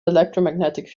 electromagnetic